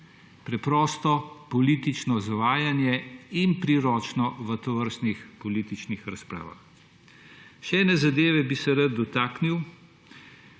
Preprosto politično zavajanje in priročno v tovrstnih političnih razpravah. Še ene zadeve bi se rad dotaknil.